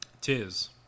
Tis